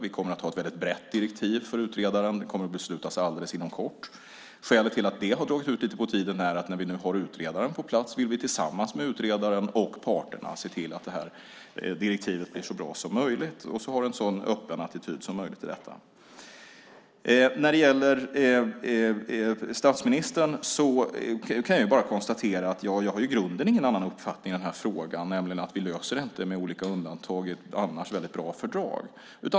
Vi kommer att ha ett väldigt brett direktiv för utredaren. Det kommer att beslutas alldeles inom kort. Skälet till att det har dragit ut lite på tiden är att vi, när vi nu har utredaren på plats, tillsammans med utredaren och parterna vill se till att direktivet blir så bra som möjligt och ha en så öppen attityd som möjligt i detta. När det gäller statsministern kan jag bara konstatera att jag i grunden inte har någon annan uppfattning i frågan. Vi löser inte detta med olika undantag i ett annars väldigt bra fördrag.